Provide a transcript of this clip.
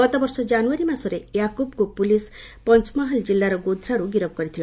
ଗତବର୍ଷ ଜାନୁୟାରୀ ମାସରେ ୟାକୁବ୍କୁ ପୁଲିସ୍ ପଞ୍ଚମାହାଲ୍ ଜିଲ୍ଲାର ଗୋଧ୍ରାରୁ ଗିରଫ କରିଥିଲା